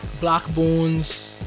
Blackbones